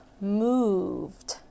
moved